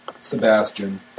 Sebastian